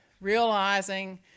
realizing